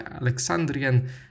Alexandrian